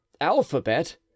alphabet